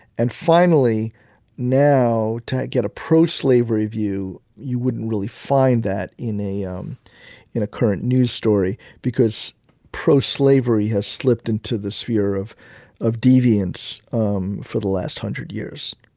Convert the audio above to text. and finally now to get a pro-slavery view, you wouldn't really find that in a um in a current news story because pro-slavery has slipped into the sphere of of deviance um for the last hundred years.